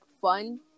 fun